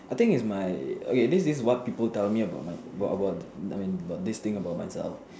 I think is my okay this this what people tell me about my about about I mean this thing about myself